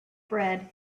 bread